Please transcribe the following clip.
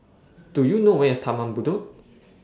Do YOU know Where IS Taman Bedok